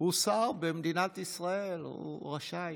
הוא שר במדינת ישראל, הוא רשאי.